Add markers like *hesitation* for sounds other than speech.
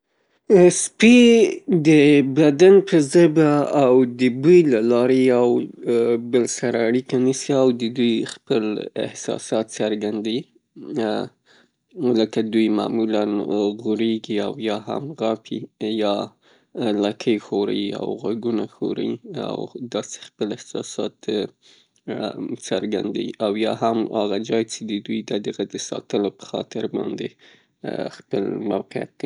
سپي د بدن په ژبه او د بوی له لارې یو بل سره اړیکه نیسي او د دوی *hesitation* احساسات څرګندوي. لکه دوی معلوماْ غوریږي یا هم غاپی یا لکۍ ښوريي او غوږونه ښوریي او داسې خپل احساسات څرګندوي او یا هم هغه ځای چې دوی ته د هغه د ساتلو په خاطر باندې خپل موقعیت دی.